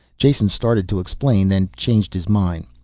jason started to explain, then changed his mind.